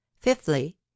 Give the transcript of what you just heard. Fifthly